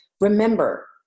remember